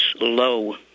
low